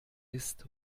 ist